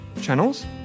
channels